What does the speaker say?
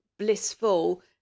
blissful